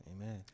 Amen